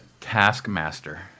Taskmaster